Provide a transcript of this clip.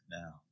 now